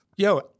Yo